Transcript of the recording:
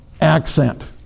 accent